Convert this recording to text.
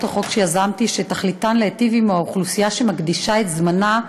החוק שיזמתי שתכליתן להיטיב עם האוכלוסייה שמקדישה את זמנה,